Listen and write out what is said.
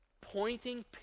pointing